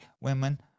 women